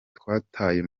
twataye